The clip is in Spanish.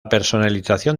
personalización